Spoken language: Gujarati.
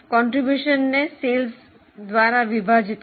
ફાળોને વેચાણ દ્વારા વિભાજીત કરો